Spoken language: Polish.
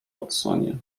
watsonie